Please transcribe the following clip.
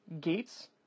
Gates